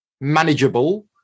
manageable